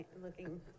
looking